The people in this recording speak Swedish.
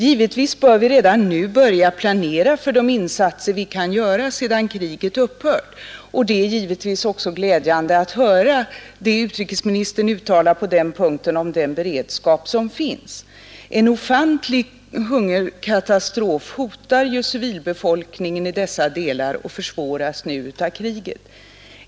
Givetvis bör vi redan nu börja planera för de insatser vi kan göra sedan kriget upphört, och det är glädjande att höra utrikesministerns uttalande om den beredskap som finns på den punkten. En ofantlig hungerkatastrof hotar nu civilbefolkningen, och den försvåras av kriget.